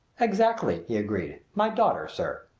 exactly, he agreed. my daughter, sir.